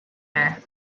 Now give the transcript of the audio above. her